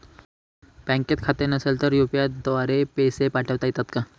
बँकेत खाते नसेल तर यू.पी.आय द्वारे पैसे पाठवता येतात का?